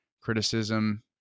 criticism